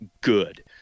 good